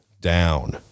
down